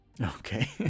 Okay